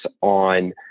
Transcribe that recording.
on